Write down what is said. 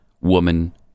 woman